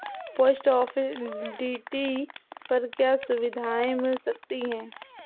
Post office TD पर क्या सुविधाएँ मिल सकती है?